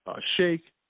shake